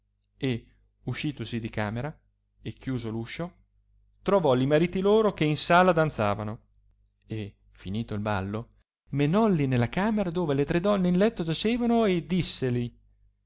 e uscitosi di camera e chiuso l'uscio trovò li mariti loro che in sala danzavano e finito il ballo menolli nella camera dove le tre donne in letto giacevano e disseli